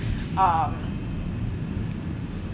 um